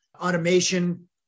automation